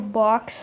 box